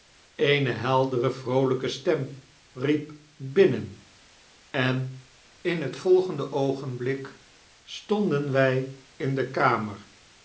eene heldere vroolyke stem riep binnen en in het volgende oogenblik stonden wij in de kamer